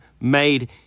made